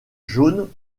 jaunes